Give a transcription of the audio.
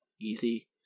Easy